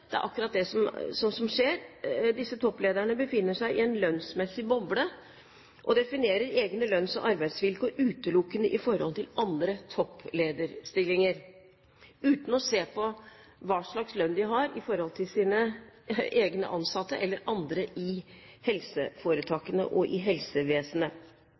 det er akkurat det som skjer. Disse topplederne befinner seg i en lønnsmessig boble og definerer egne lønns- og arbeidsvilkår utelukkende i forhold til andre topplederstillinger, uten å se på hva slags lønn de har i forhold til sine egne ansatte eller andre i helseforetakene og i helsevesenet.